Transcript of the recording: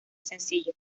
sencillo